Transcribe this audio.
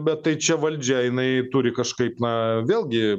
bet tai čia valdžia jinai turi kažkaip na vėlgi